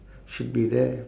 should be there